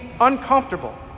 uncomfortable